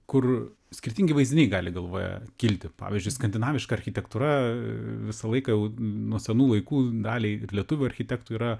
kur skirtingi vaizdiniai gali galvoje kilti pavyzdžiui skandinaviška architektūra visą laiką jau nuo senų laikų daliai ir lietuvių architektų yra